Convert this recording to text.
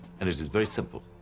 and it's it's very simple,